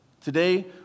Today